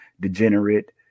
degenerate